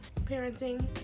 parenting